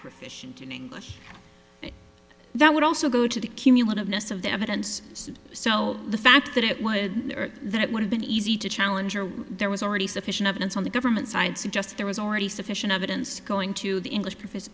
english that would also go to the cumulative ness of the evidence so the fact that it would then it would have been easy to challenge or when there was already sufficient evidence on the government's side suggests there was already sufficient evidence going to the english professor